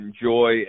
enjoy